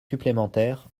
supplémentaires